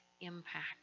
impact